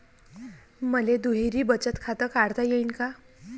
मले दुहेरी बचत खातं काढता येईन का?